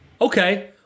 Okay